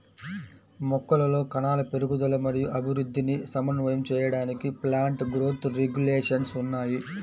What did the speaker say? మొక్కలలో కణాల పెరుగుదల మరియు అభివృద్ధిని సమన్వయం చేయడానికి ప్లాంట్ గ్రోత్ రెగ్యులేషన్స్ ఉన్నాయి